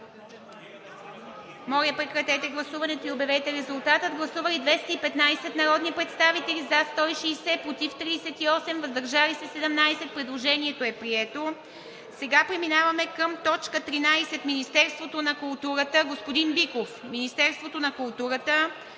Моля, режим на прегласуване. Гласували 215 народни представители: за 160, против 38, въздържали се 17. Предложението е прието. Преминаваме към т. 13 – Министерството на културата, господин Биков, Министерството на културата